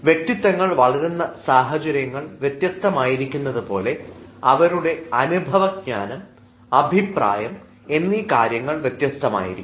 വ്യക്തിത്വങ്ങൾ വളരുന്ന സാഹചര്യങ്ങൾ വ്യത്യസ്തമായിരിക്കുന്നതു പോലെ അവരുടെ അനുഭവ ജ്ഞാനം അഭിപ്രായം എന്നീ കാര്യങ്ങൾ വ്യത്യസ്തമായിരിക്കും